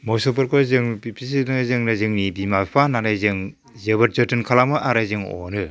मोसौफोरखौ जों बिब्दिनो जोंनो जोंनि बिमा बिफा होननानै जों जोबोद जोथोन खालामो आरो जों अनो